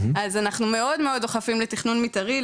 אז אנחנו מאוד מאוד דוחפים לתכנון מתארי,